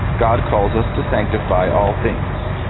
god calls us to sanctify all things.